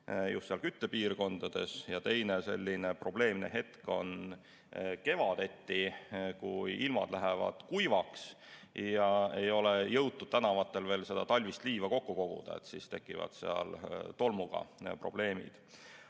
just seal [ahju]küttepiirkondades. Ja teine probleemne hetk on kevadeti, kui ilmad lähevad kuivaks ja ei ole jõutud tänavatel veel talvist liiva kokku koguda, siis tekivad seal tolmuga probleemid.